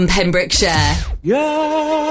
Pembrokeshire